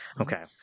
Okay